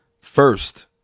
first